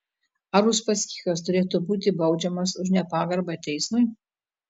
ar uspaskichas turėtų būti baudžiamas už nepagarbą teismui